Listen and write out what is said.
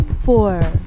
four